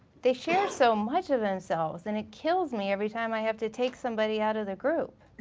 they share so much of themselves and it kills me every time i have to take somebody out of the group.